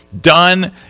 done